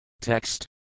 Text